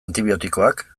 antibiotikoak